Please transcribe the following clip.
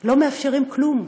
לא מאפשרים כלום.